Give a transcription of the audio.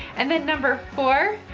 and then number four,